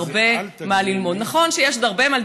הרבה מה ללמוד, נכון שיש עוד הרבה מה,